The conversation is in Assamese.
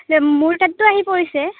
মোৰ তাতটো আহি পৰিছে